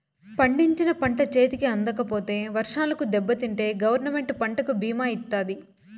పండించిన పంట చేతికి అందకపోతే వర్షాలకు దెబ్బతింటే గవర్నమెంట్ పంటకు భీమా ఇత్తాది